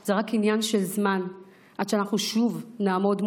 זה רק עניין של זמן עד שאנחנו שוב נעמוד מול